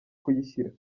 kuyishyira